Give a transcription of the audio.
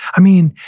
i mean,